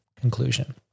conclusion